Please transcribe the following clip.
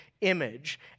image